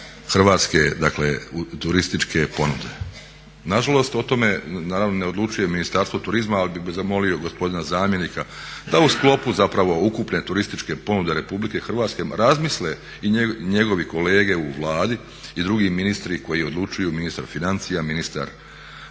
hrvatske turističke ponude. Nažalost, o tome naravno ne odlučuje Ministarstvo turizma ali bih zamolio gospodina zamjenika da u sklopu zapravo ukupne turističke ponude RH razmisle i njegovi kolege u Vladi i drugi ministri koji odlučuju, ministar financija, ministar